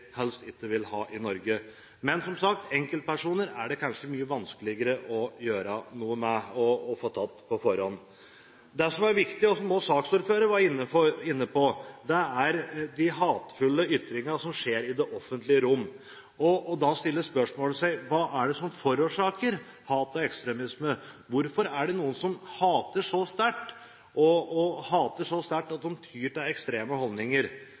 helst ikke vil ha i Norge. Men som sagt, enkeltpersoner er det kanskje mye vanskeligere å gjøre noe med og få tatt på forhånd. Det som er viktig, og som også saksordføreren var inne på, er de hatefulle ytringene som skjer i det offentlige rom. Da er spørsmålet: Hva er det som forårsaker hat og ekstremisme? Hvorfor er det noen som hater så sterkt, og som hater så sterkt at de tyr til ekstreme